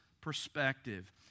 perspective